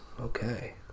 Okay